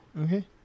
Okay